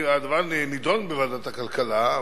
הדבר נדון בוועדת הכלכלה,